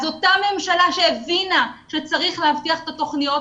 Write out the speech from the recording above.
אז אותה ממשלה שהבינה שצריך להבטיח את התוכניות